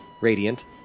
radiant